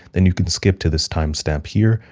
then you can skip to this timestamp here,